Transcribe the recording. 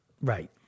Right